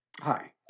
Hi